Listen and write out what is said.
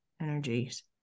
energies